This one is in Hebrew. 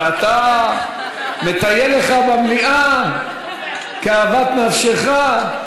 ואתה מטייל לך במליאה כאוות נפשך.